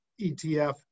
ETF